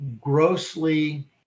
grossly